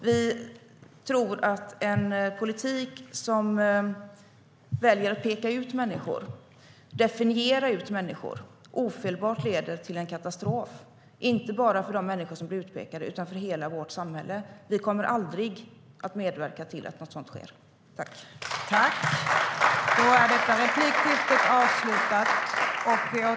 Vi tror att en politik som väljer att peka ut människor, definiera ut människor, ofelbart leder till katastrof inte bara för dem som blir utpekade utan för hela vårt samhälle. Vi kommer aldrig att medverka till att något sådant sker.